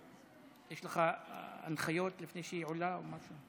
יש לך ההנחיות לפני שהיא עולה או משהו?